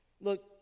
Look